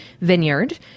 vineyard